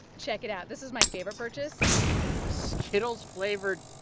check it out. this is my favorite purchase a skittles-flavored.